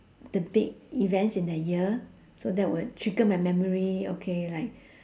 the big events in the year so that would trigger my memory okay like